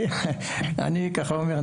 אני ככה אומר,